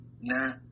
nah